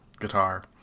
guitar